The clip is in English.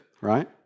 right